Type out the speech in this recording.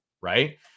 right